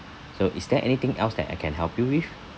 so is there anything else that I can help you with